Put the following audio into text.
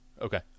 Okay